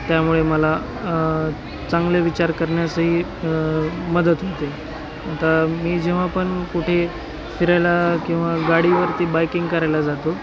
त्यामुळे मला चांगले विचार करण्यासही मदत होते आता मी जेव्हा पण कुठे फिरायला किंवा गाडीवरती बायकिंग करायला जातो